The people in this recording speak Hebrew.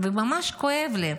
זה ממש כואב לי,